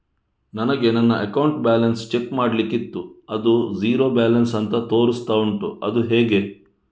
ನನಗೆ ನನ್ನ account balance check ಮಾಡ್ಲಿಕ್ಕಿತ್ತು ಅದು ಝೀರೋ ಬ್ಯಾಲೆನ್ಸ್ ಅಂತ ತೋರಿಸ್ತಾ ಉಂಟು ಅದು ಹೇಗೆ?